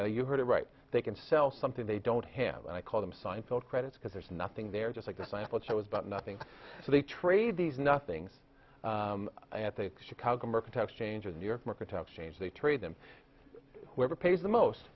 that you heard it right they can sell something they don't have and i call them seinfeld credits because there's nothing there just like this i thought i was but nothing so they trade these nothings at the chicago mercantile exchange in new york mercantile exchange they trade them whoever pays the most